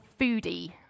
foodie